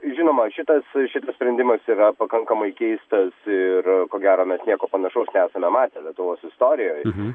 žinoma šitas šitas sprendimas yra pakankamai keistas ir ko gero mes nieko panašaus nesame matę lietuvos istorijoj